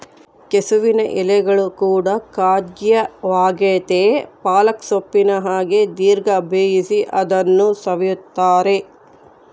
ಕೆಸುವಿನ ಎಲೆಗಳು ಕೂಡ ಖಾದ್ಯವಾಗೆತೇ ಪಾಲಕ್ ಸೊಪ್ಪಿನ ಹಾಗೆ ದೀರ್ಘ ಬೇಯಿಸಿ ಅದನ್ನು ಸವಿಯುತ್ತಾರೆ